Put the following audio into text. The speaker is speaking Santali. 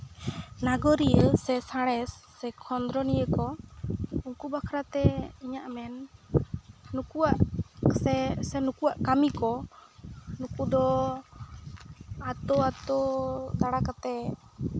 ᱱᱟᱜᱚᱨᱤᱭᱟᱹ ᱥᱮ ᱥᱟᱬᱮᱥ ᱥᱮ ᱠᱷᱚᱸᱫᱽᱨᱚᱸᱫᱽ ᱱᱤᱭᱟᱹ ᱠᱚ ᱩᱱᱠᱩ ᱵᱟᱠᱷᱨᱟᱛᱮ ᱤᱧᱟᱹᱜ ᱢᱮᱱ ᱱᱩᱠᱩᱣᱟᱜ ᱥᱮ ᱱᱩᱠᱩᱣᱟᱜ ᱠᱟᱹᱢᱤ ᱠᱚ ᱱᱩᱠᱩ ᱫᱚ ᱟᱛᱳ ᱟᱛᱳ ᱫᱟᱬᱟ ᱠᱟᱛᱮ